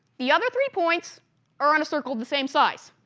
the other three points are in a circle of the same size